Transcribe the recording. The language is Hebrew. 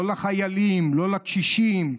לא לחיילים, לא לקשישים,